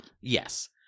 Yes